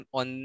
on